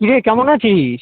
কীরে কেমন আছিস